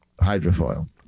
hydrofoil